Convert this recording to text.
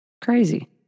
Crazy